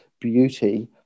beauty